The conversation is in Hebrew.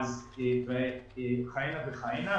וכהנה וכהנה.